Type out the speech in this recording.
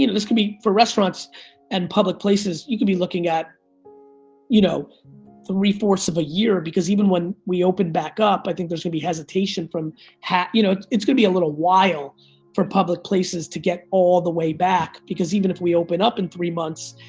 you know this could be, for restaurants and public places, you could be looking at you know three-fourths of a year, because even when we open back up, i think there's gonna be hesitation. you know it's gonna be a little while for public places to get all the way back, because even if we open up in three months,